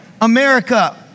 America